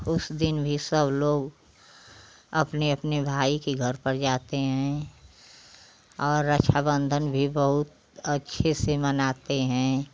उस दिन भी सब लोग अपने अपने भाई के घर पर जाते हैं और रक्षाबंधन भी बहुत अच्छे से मनाते हैं